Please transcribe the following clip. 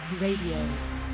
Radio